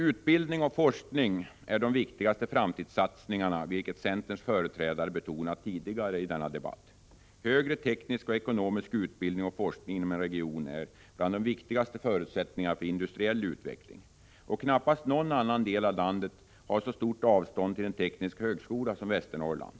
Utbildning och forskning är de viktigaste framtidssatsningarna, vilket centerns företrädare har betonat tidigare i denna debatt. Högre teknisk och ekonomisk utbildning och forskning inom en region är ett par av de viktigaste förutsättningarna för en industriell utveckling. I knappast någon annan del av landet är avståndet till en teknisk högskola så stort som i Västernorrland.